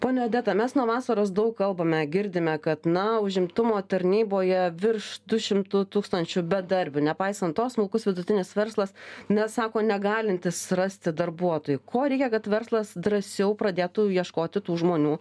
ponia odeta mes nuo vasaros daug kalbame girdime kad na užimtumo tarnyboje virš du šimtų tūkstančių bedarbių nepaisant to smulkus vidutinis verslas nes sako negalintis rasti darbuotojų ko reikia kad verslas drąsiau pradėtų ieškoti tų žmonių